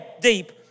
deep